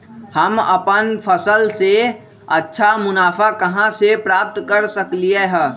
हम अपन फसल से अच्छा मुनाफा कहाँ से प्राप्त कर सकलियै ह?